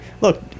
look